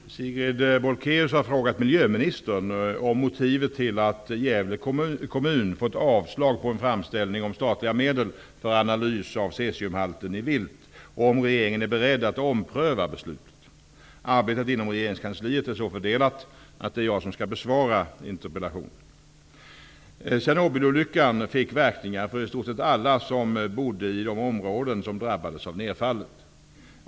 Herr talman! Sigrid Bolkéus har frågat miljöministern om motivet till att Gävle kommun fått avslag på en framställning om statliga medel för analys av cesiumhalten i vilt och om regeringen är beredd att ompröva beslutet. Arbetet inom regeringskansliet är så fördelat att det är jag som skall besvara interpellationen. Tjernobylolyckan fick verkningar för i stort sett alla som bodde i de områden som drabbades av nedfallet.